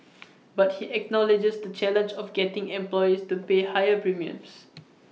but he acknowledges the challenge of getting employers to pay higher premiums